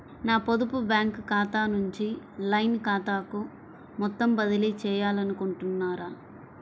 నా పొదుపు బ్యాంకు ఖాతా నుంచి లైన్ ఖాతాకు మొత్తం బదిలీ చేయాలనుకుంటున్నారా?